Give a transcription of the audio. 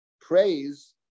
praise